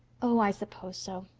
oh, i suppose so.